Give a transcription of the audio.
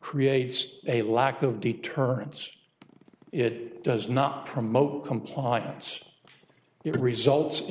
creates a lack of deterrence it does not promote compliance it results